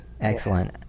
Excellent